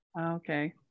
okay